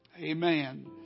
Amen